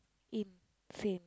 insane